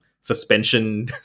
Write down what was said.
suspension